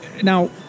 Now